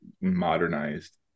modernized